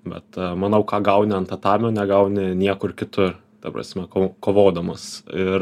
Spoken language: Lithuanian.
bet manau ką gauni ant tatamio negauni niekur kitur ta prasme kovodamas ir